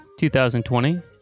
2020